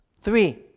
Three